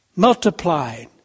multiplied